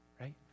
right